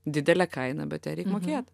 didelė kaina bet ją reik mokėt